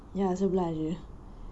ya sebelah jer